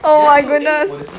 oh my goodness